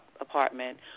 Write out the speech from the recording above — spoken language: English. apartment